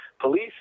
police